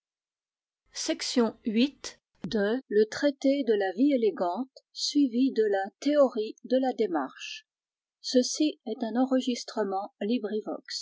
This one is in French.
la théorie de la démarche traité de la vie élégante suivi de la théorie de la démarche table of contents pages